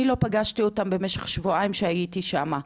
אני לא פגשתי אותם במשך שבועיים שהייתי שם,